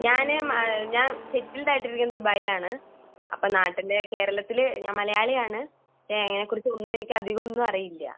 ഞാൻ ഞാൻ സെറ്റിൽഡ് ആയിട്ട് ഇരിക്കുന്നത് ദുബായിൽ ആണ് അപ്പം നാട്ടിൽ കേരളത്തിൽ ഞാൻ മലയാളി ആണ് പക്ഷെ അതിനെക്കുറിച്ച് ഒന്നും എനിക്ക് അധികം ഒന്നും അറിയില്ല